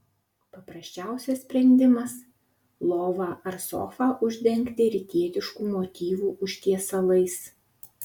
paprasčiausias sprendimas lovą ar sofą uždengti rytietiškų motyvų užtiesalais